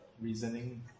reasoning